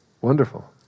Wonderful